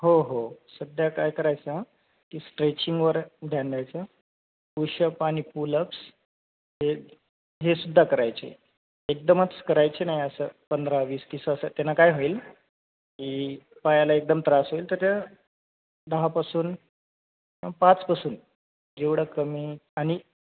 हो हो सध्या काय करायचं की स्ट्रेचिंगवर ध्यान द्यायचं पुशप आणि पूलअप्स हे हे सुुद्धा करायचे एकदमच करायचे नाही असं पंधरा वीस तीस असं त्याने काय होईल की पायाला एकदम त्रास होईल तर ते दहापासूनं पाचपसून जेवढं कमी आणि